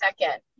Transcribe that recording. second